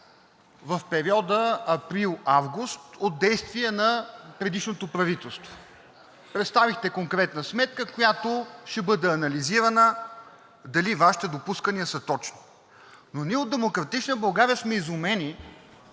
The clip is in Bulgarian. в периода април – август от действия на предишното правителство. Представихте конкретна сметка, която ще бъде анализирана, дали Вашите допускания са точни. Но ние от „Демократична България“ сме изумени,